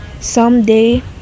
someday